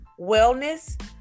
wellness